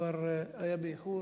כבר היה באיחור.